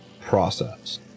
process